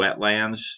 wetlands